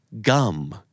Gum